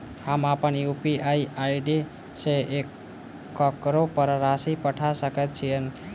हम अप्पन UPI ID सँ ककरो पर राशि पठा सकैत छीयैन?